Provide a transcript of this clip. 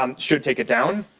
um should take it down.